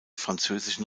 französischen